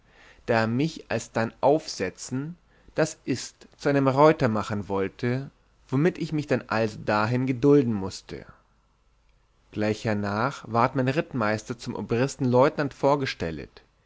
daß er mich alsdann aufsetzen das ist zu einem reuter machen wollte womit ich mich dann also dahin gedulten mußte gleich hernach ward mein rittmeister zum obr